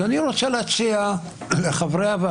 אני לגמרי מסכימה ואני גם התרעתי כמה פעמים בוועדה,